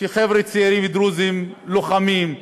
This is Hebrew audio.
שחבר'ה צעירים דרוזים, לוחמים,